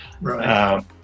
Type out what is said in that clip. Right